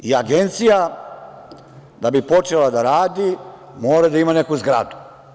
Agencija, da bi počela da radi, mora da ima neku zgradu.